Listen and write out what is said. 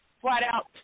flat-out